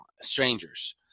strangers